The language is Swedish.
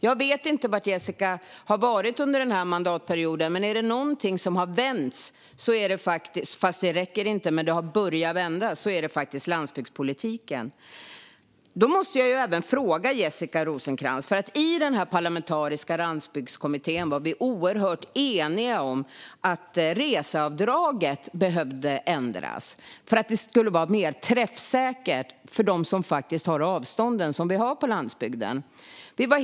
Jag vet inte var Jessica var under förra mandatperioden, men är det något som har börjat vända är det landsbygdspolitiken. I den parlamentariska landsbygdskommittén var vi helt eniga om att reseavdraget behövde ändras för att bli mer träffsäkert för dem som har de avstånd vi har på landsbygden.